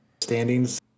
standings